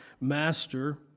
master